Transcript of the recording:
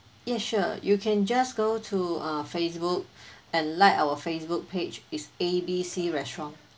yes sure you can just go to uh facebook and like our facebook page it's A B C restaurant